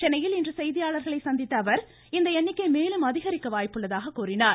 சென்னையில் இன்று செய்தியாளர்களை சந்தித்த அவர் இந்த எண்ணிக்கை மேலும் அதிகரிக்க வாய்ப்புள்ளதாக கூறினார்